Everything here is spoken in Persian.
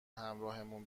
همراهمون